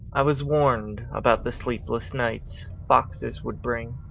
i was warned about the sleepless nights foxes would bring,